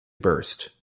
burst